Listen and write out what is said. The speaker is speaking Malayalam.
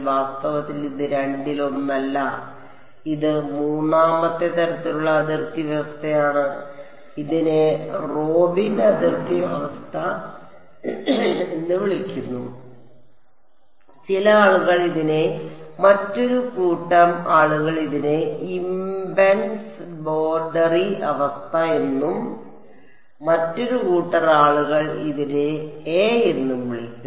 വാസ്തവത്തിൽ ഇത് രണ്ടിലൊന്നല്ല ഇത് മൂന്നാമത്തെ തരത്തിലുള്ള അതിർത്തി വ്യവസ്ഥയാണ് ഇതിനെ റോബിൻ അതിർത്തി അവസ്ഥ എന്ന് വിളിക്കുന്നു ചില ആളുകൾ ഇതിനെ മറ്റൊരു കൂട്ടം ആളുകൾ ഇതിനെ ഇംപെഡൻസ് ബോർഡറി അവസ്ഥ എന്നും മറ്റൊരു കൂട്ടം ആളുകൾ ഇതിനെ എ എന്നും വിളിക്കും